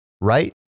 right